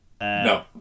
No